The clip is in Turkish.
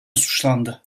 suçlandı